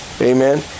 Amen